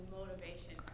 motivation